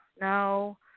no